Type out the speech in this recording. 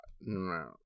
No